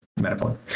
metaphor